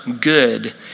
Good